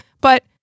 but-